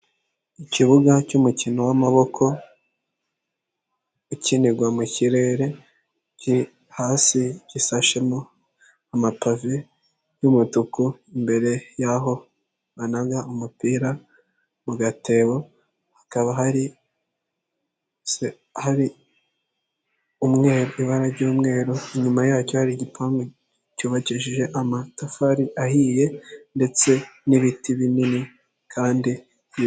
Ikibuga cy'umukino w'amaboko ukinirwa mu kirere, kiri hasi gisashemo amapave y'umutuku, imbere y'aho banaga umupira mu gatebo hakaba hari hari ibara ry'umweru, inyuma yacyo hari igipangu cyubakishije amatafari ahiye ndetse n'ibiti binini kandi